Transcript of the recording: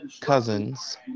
cousins